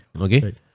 Okay